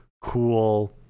cool